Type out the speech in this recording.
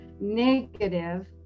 negative